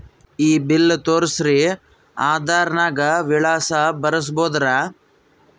ಈ ಬಿಲ್ ತೋಸ್ರಿ ಆಧಾರ ನಾಗ ವಿಳಾಸ ಬರಸಬೋದರ?